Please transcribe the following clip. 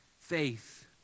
faith